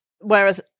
whereas